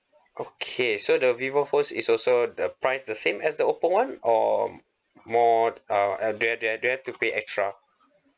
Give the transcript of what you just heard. okay so the vivo phone is also the price the same as the Oppo one or more uh they they they have to pay extra